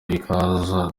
ikaza